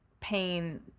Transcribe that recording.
pain